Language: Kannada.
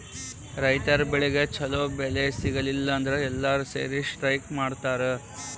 ರೈತರ್ ಬೆಳಿಗ್ ಛಲೋ ಬೆಲೆ ಸಿಗಲಿಲ್ಲ ಅಂದ್ರ ಎಲ್ಲಾರ್ ಸೇರಿ ಸ್ಟ್ರೈಕ್ ಮಾಡ್ತರ್